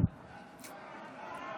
חוק